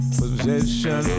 possession